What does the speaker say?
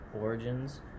Origins